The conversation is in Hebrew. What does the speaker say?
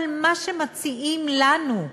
אבל מה שמציעים לנו,